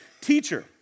teacher